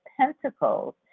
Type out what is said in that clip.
pentacles